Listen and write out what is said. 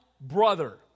brother